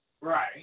Right